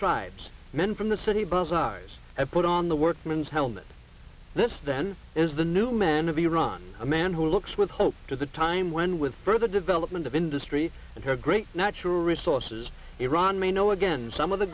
tribes men from the city bazaars have put on the workman's helmet this then is the new man of iran a man who looks with hope to the time when with further development of industry and the great natural resources iran may know again some of the